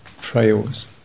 trails